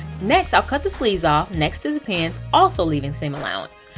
next i'll cut the sleeves off next to the pins also leaving seam allowance.